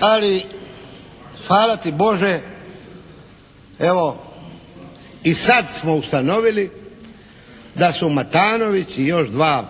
Ali, hvala ti Bože evo i sad smo ustanovili da su Matanović i još dva